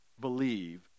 believe